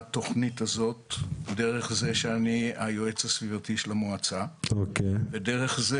דרך זה שאני היועץ הסביבתי של המועצה ודרך זה